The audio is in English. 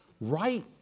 Right